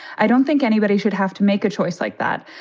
i don't think anybody should have to make a choice like that.